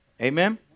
Amen